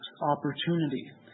opportunity